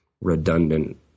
redundant